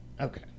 Okay